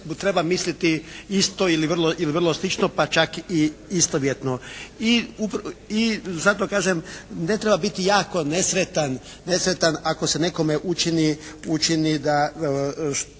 treba misliti isto ili vrlo slično, pa čak i istovjetno. I zato kažem ne treba biti jako nesretan ako se nekome učini da